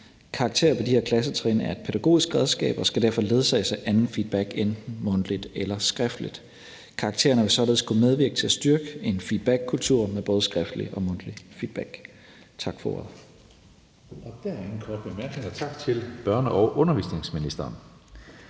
Karakterer på de her klassetrin er et pædagogisk redskab og skal derfor ledsages af anden feedback enten mundtligt eller skriftligt. Karaktererne vil således kunne medvirke til at styrke en feedbackkultur med både skriftlig og mundtlig feedback. Tak for ordet.